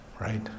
right